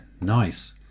nice